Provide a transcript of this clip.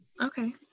Okay